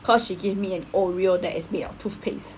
cause she gave me an Oreo that is made of toothpaste